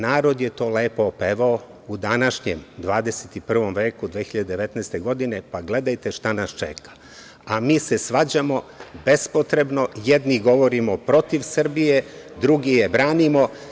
Narod je to lepo opevao u današnjem 21. veku, 2019. godine, pa gledajte šta nas čeka, a mi se svađamo bespotrebno, jedni govorimo protiv Srbije, drugi je branimo.